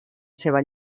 seva